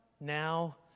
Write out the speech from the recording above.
now